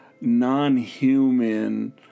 non-human